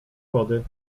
wody